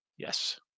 Yes